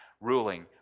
ruling